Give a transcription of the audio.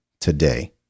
today